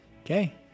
Okay